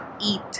eat